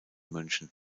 münchen